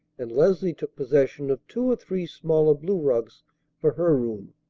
and leslie took possession of two or three smaller blue rugs for her room.